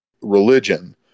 religion